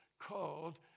called